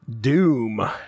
Doom